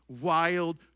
wild